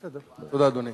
אדוני.